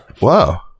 Wow